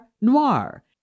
noir